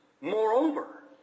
Moreover